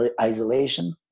isolation